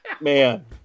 Man